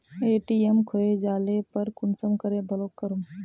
ATM खोये जाले पर कुंसम करे ब्लॉक करूम?